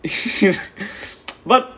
but